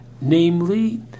namely